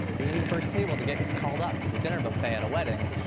being the first table to get called up to the dinner buffet at a wedding,